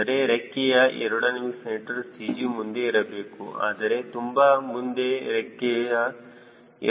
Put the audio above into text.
c CG ಮುಂದೆ ಇರಬೇಕು ಆದರೆ ತುಂಬಾ ಮುಂದೆ ರೆಕ್ಕೆಯ a